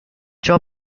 ciò